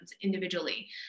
individually